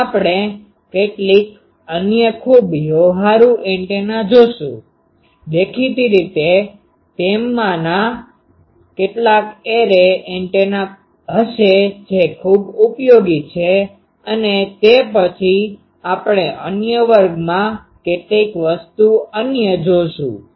આગળ આપણે કેટલીક અન્ય ખૂબ વ્યવહારુ એન્ટેના જોશું દેખીતી રીતે તેમાંના કેટલાક એરે એન્ટેના હશે જે ખૂબ ઉપયોગી છે અને તે પછી આપણે અન્ય વર્ગમાં કેટલીક અન્ય વસ્તુઓ જોશું